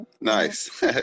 Nice